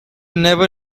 never